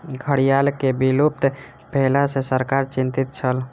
घड़ियाल के विलुप्त भेला सॅ सरकार चिंतित छल